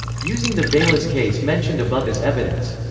using the beilis case mentioned above as evidence.